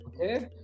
Okay